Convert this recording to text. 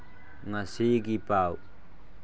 ꯉꯁꯤꯒꯤ ꯄꯥꯎ